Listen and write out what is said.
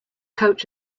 coach